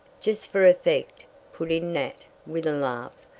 just for effect, put in nat, with a laugh.